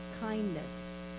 kindness